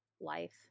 life